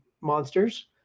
monsters